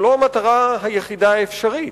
זו לא המטרה היחידה האפשרית.